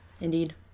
indeed